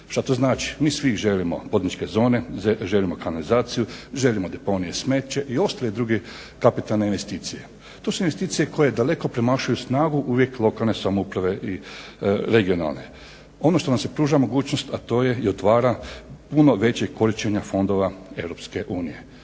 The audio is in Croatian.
Što to znači? Mi svi želimo … zone, želimo kanalizaciju, želimo deponije smeće i ostale druge kapitalne investicije. To su investicije koje daleko premašuju snagu uvijek lokalne samouprave i regionalne. Ono što nam se pruža mogućnost, a to je i otvara puno veće korištenje fondova